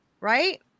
Right